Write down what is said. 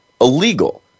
illegal